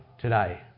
today